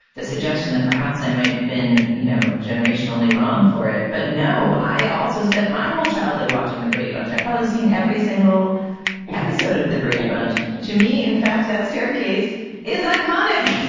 the suggestion that perhaps i might have been you know generationally wrong for it but no i also spent my whole childhood watching the brady bunch. i've probably seen every single episode of the brady bunch to me in fact that staircase is iconic